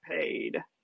paid